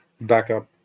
backup